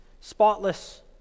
spotless